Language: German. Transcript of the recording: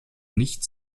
nicht